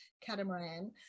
catamaran